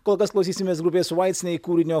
kol kas klausysimės grupės vait sneik kūrinio